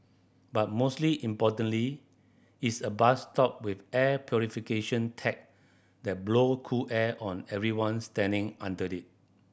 but mostly importantly it's a bus stop with air purification tech that blow cool air on anyone standing under it